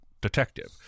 detective